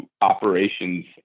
operations